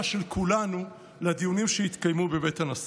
של כולנו לדיונים שהתקיימו בבית הנשיא.